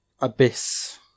abyss